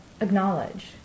acknowledge